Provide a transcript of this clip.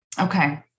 Okay